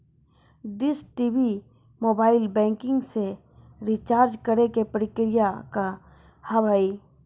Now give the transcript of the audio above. Dish TV mobile banking से recharge करे के प्रक्रिया का हाव हई?